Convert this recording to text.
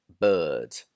bird